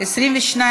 1 5 נתקבלו.